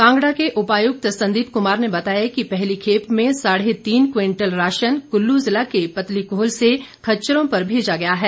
कांगड़ा के उपायुक्त संदीप कुमार ने बताया कि पहली खेप में साढ़े तीन क्विंटल राशन कुल्लू जिला के पतलीकूहल से खच्चरों पर भेजा गया है